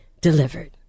delivered